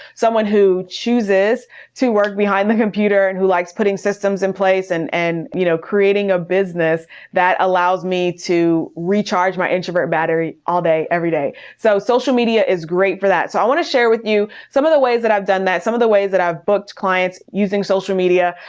someone who chooses to work behind the computer and who likes putting systems in place and, and you know, creating a business that allows me to recharge my introvert battery all day, every day. so social media is great for that. so i want to share with you some of the ways that i've done that. some of the ways that i've booked clients using social media,